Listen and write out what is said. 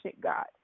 God